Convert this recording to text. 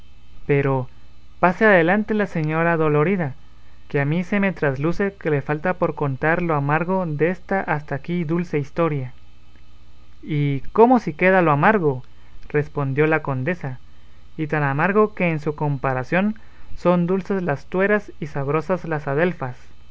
pero pase adelante la señora dolorida que a mí se me trasluce que le falta por contar lo amargo desta hasta aquí dulce historia y cómo si queda lo amargo respondió la condesa y tan amargo que en su comparación son dulces las tueras y sabrosas las adelfas